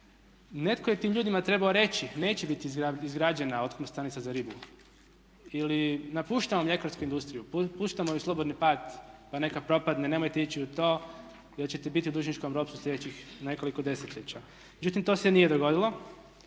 Netko je tim ljudima trebao reći, neće biti izgrađena otkupna stanica za ribu ili napuštamo mljekarsku industriju, puštamo joj slobodni pad pa neka propadne, nemojte ići u to jer ćete biti u dužničkom ropstvu sljedećih nekoliko desetljeća. Međutim, to se nije dogodilo